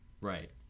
right